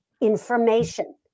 information